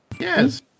Yes